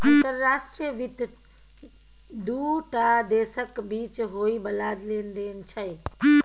अंतर्राष्ट्रीय वित्त दू टा देशक बीच होइ बला लेन देन छै